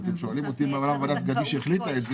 אתם שואלים אותי מה אמרה ועדת גדיש כשהחליטה את זה